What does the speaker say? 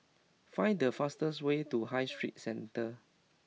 find the fastest way to High Street Centre